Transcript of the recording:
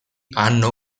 hanno